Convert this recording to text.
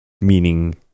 meaning